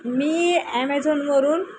मी ॲमेझॉनवरून